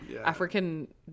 African